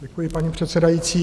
Děkuji, paní předsedající.